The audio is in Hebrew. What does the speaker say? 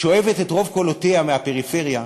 שואבת את רוב קולותיה מהפריפריה,